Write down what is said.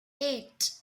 eight